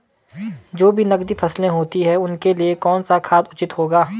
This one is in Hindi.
जो भी नकदी फसलें होती हैं उनके लिए कौन सा खाद उचित होगा?